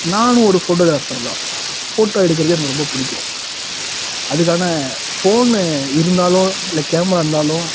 நான் ஒரு ஃபோட்டோக்ராபர் தான் ஃபோட்டோ எடுக்கிறது எனக்கு ரொம்ப பிடிக்கும் அதுக்கான ஃபோனு இருந்தாலும் இல்லை கேமரா இருந்தாலும்